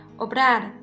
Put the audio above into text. obrar